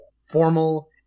formal